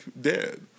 dead